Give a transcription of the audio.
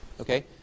Okay